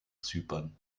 zypern